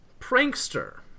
prankster